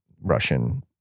Russian